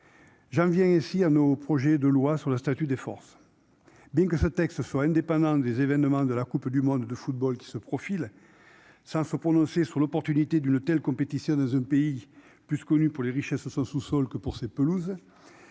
j'en viens ici à nos projets de loi sur le statut des forces, bien que ce texte soit indépendante des événements de la Coupe du monde de football qui se profile, sans se prononcer sur l'opportunité d'une telle compétition dans un pays plus connu pour les richesses de son sous-sol que pour ses pelouses